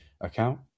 account